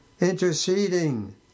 interceding